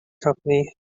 company